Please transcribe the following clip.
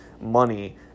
money